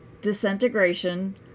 disintegration